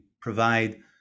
provide